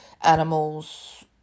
animals